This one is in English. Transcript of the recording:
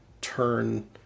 turn